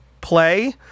play